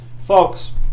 Folks